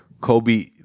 Kobe